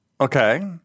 okay